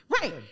Right